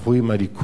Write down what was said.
הלכו עם הליכוד